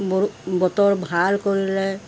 বৰ বতৰ ভাল কৰিলে